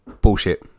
Bullshit